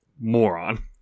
moron